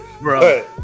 bro